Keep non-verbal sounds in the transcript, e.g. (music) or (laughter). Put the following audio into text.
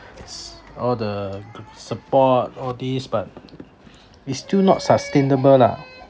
all the (noise) support all these but it's still not sustainable lah